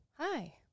hi